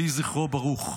יהי זכרו ברוך.